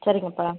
சரிங்கப்பா